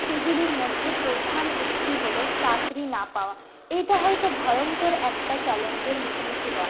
সেগুলির মধ্যে প্রধান একটি হলো চাকরি না পাওয়া এটা হয়তো ভয়ঙ্কর একটা চ্যালেঞ্জের মুখোমুখি হওয়া